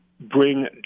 bring